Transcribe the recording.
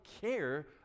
care